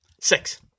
Six